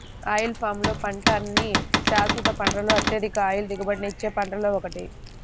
oil palm పంట అన్ని శాశ్వత పంటలలో అత్యధిక ఆయిల్ దిగుబడినిచ్చే పంటలలో ఒకటి